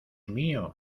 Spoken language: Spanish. mío